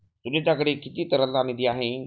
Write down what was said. सुनीताकडे किती तरलता निधी आहे?